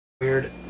weird